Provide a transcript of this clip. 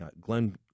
Glenn